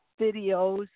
videos